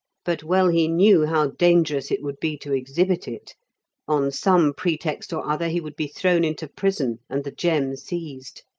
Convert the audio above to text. but well he knew how dangerous it would be to exhibit it on some pretext or other he would be thrown into prison, and the gem seized.